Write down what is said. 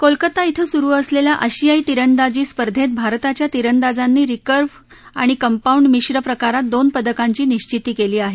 कोलकता धिं सुरु असलेल्या आशियाई तिरंदाजी स्पर्धेत भारताच्या तिरंदाजांनी रिकर्व्ह आणि कंपाऊंड मिश्र प्रकारात दोन पदकांची निश्चिती केली आहे